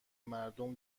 مردم